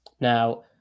Now